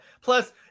plus